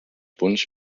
punts